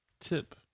tip